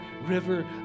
river